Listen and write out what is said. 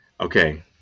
Okay